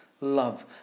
love